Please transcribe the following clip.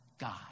God